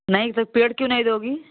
नहीं तो पेड़ क्यों नहीं दोगी